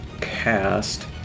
cast